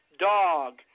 dog